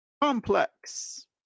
complex